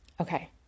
Okay